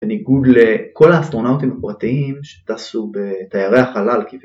בניגוד לכל האסטרונאוטים הפרטיים שטסו ב...תיירי החלל כביכול